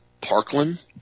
Parkland